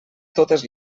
totes